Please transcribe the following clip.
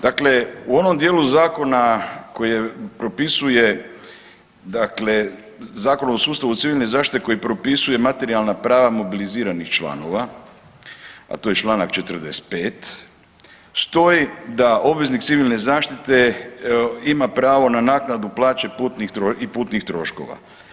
Dakle, u onom dijelu zakona koji propisuje, dakle Zakon o sustavu civilne zaštite koji propisuje materijalna prava mobiliziranih članova, a to je članak 45. stoji da obveznik civilne zaštite ima pravo na naknadu plaće i putnih troškova.